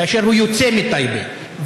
כאשר הוא יוצא מטייבה.